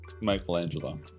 Michelangelo